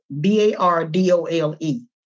B-A-R-D-O-L-E